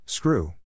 Screw